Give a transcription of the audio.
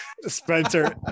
Spencer